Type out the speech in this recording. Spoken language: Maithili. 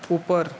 ऊपर